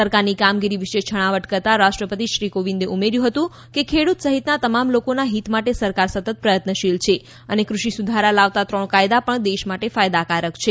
સરકારની કામગીરી વિશે છણાવટ કરતા રાષ્ટ્રપતિ શ્રી કોવિંદે ઉમેર્યું હતું કે ખેડૂત સહિતના તમામ લોકોના હિત માટે સરકાર સતત પ્રયત્નશીલ છે અને કૃષિ સુધારા લાવતા ત્રણ કાયદા પણ દેશ માટે ફાયદા કારક છે